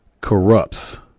corrupts